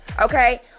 Okay